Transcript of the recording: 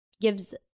gives